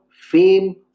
fame